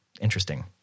interesting